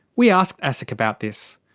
we asked asic about this.